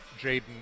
Jaden